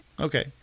Okay